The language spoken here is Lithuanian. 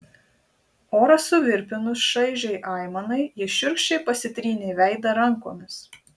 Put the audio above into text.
orą suvirpinus šaižiai aimanai jis šiurkščiai pasitrynė veidą rankomis